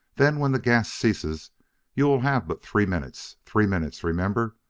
then when the gas ceases you will have but three minutes. three minutes remember!